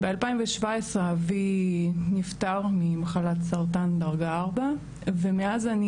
ב-2017 אבי נפטר ממחלת סרטן דרגה 4 ומאז אני